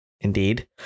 indeed